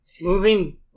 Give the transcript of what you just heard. Moving